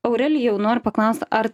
aurelijau noriu paklaust ar